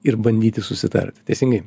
ir bandyti susitart teisingai